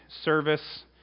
service